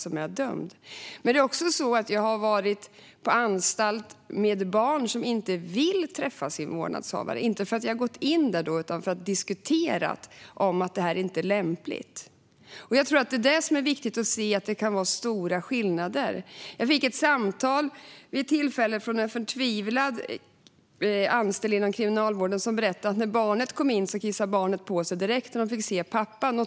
Jag har också varit på anstalt med barn som inte vill träffa sin vårdnadshavare. Vi har diskuterat att det inte är lämpligt. Det är viktigt att se att det kan finnas stora skillnader. Jag fick vid ett tillfälle ett samtal från en anställd inom Kriminalvården som var förtvivlad, som berättade att när barnet kom in kissade barnet på sig direkt när det fick se pappan.